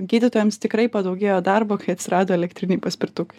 gydytojams tikrai padaugėjo darbo kai atsirado elektriniai paspirtukai